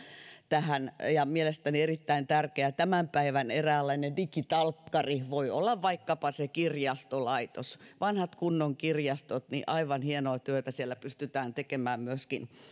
tähän ja mielestäni erittäin tärkeä tämän päivän eräänlainen digitalkkari voi olla vaikkapa se kirjastolaitos vanhat kunnon kirjastot aivan hienoa työtä siellä pystytään tekemään myöskin